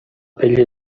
pell